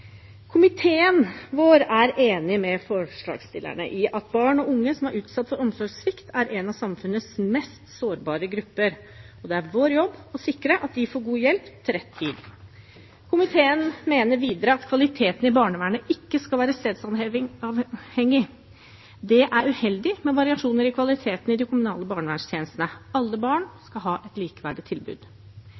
Komiteen vår er enig med forslagsstillerne i at barn og unge som er utsatt for omsorgssvikt, er en av samfunnets mest sårbare grupper, og det er vår jobb å sikre at de får god hjelp til rett tid. Komiteen mener videre at kvaliteten i barnevernet ikke skal være stedsavhengig. Det er uheldig med variasjoner i kvaliteten i de kommunale barnevernstjenestene. Alle barn skal ha et likeverdig tilbud.